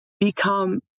become